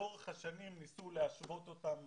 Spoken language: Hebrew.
לאורך השנים ניסו להשוות אותם